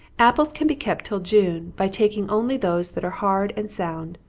apples can be kept till june, by taking only those that are hard and sound,